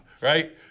right